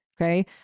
Okay